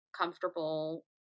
comfortable